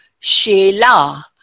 Shela